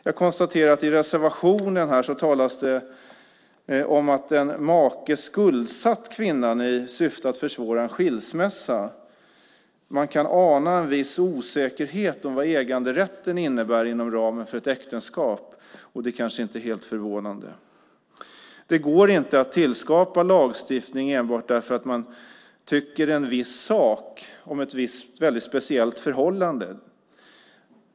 Jag konstaterar att det i reservationen talas om att en make har skuldsatt kvinnan i syfte att försvåra en skilsmässa. Man kan ana en viss osäkerhet om vad äganderätten innebär inom ramen för ett äktenskap, och det är kanske inte helt förvånande. Det går inte att skapa lagstiftning enbart för att man tycker något visst om ett väldigt speciellt förhållande.